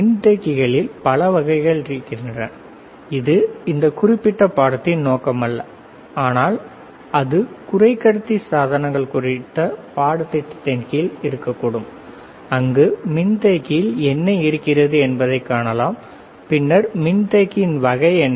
மின்தேக்கிகளில் பல வகைகள் இருக்கின்றன இது இந்த குறிப்பிட்ட பாடத்தின் நோக்கம் அல்ல ஆனால் அது குறைக்கடத்தி சாதனங்கள் குறித்த பாடத்திட்டங்களின் கீழ் இருக்கக்கூடும் அங்கு மின்தேக்கியில் என்ன இருக்கிறது என்பதைக் காணலாம் பின்னர் மின்தேக்கியின் வகை என்ன